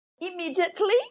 immediately